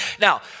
Now